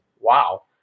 Wow